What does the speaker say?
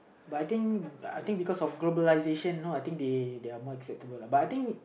but I think I think because of globalisation you know I think they are more acceptable lah but I think